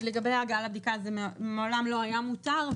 לגבי הגעה לבדיקה זה מעולם לא היה מותר,